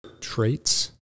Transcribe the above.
traits